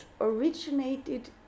originated